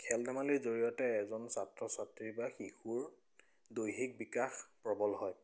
খেল ধেমালিৰ জৰিয়তে এজন ছাত্ৰ ছাত্ৰী বা শিশুৰ দৈহিক বিকাশ প্ৰবল হয়